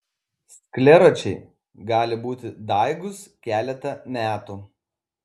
skleročiai gali būti daigūs keletą metų